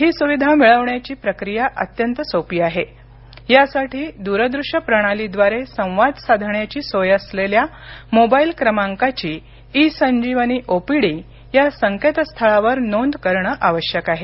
ही सुविधा मिळवण्याची प्रक्रिया अत्यंत सोपी असून यासाठी द्रदृश्य प्रणालीद्वारे संवाद साधण्याची सोय असलेल्या मोबाईल क्रमांकाची इ संजीवनी ओपीडी या संकेतस्थळावर नोंद करणं आवश्यक आहे